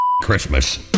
Christmas